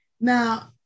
Now